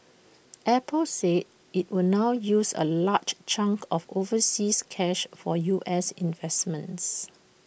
Apple said IT will now use A large chunk of overseas cash for U S investments